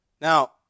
Now